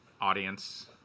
audience